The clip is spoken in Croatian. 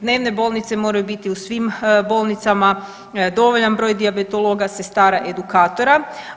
Dnevne bolnice moraju biti u svim bolnicama, dovoljan broj dijabetologa, sestara edukatora.